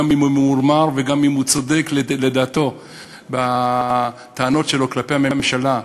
גם אם הוא ממורמר וגם אם לדעתו הוא צודק בטענות שלו כלפי הממשלה,